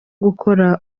gukora